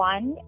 One